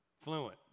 Fluent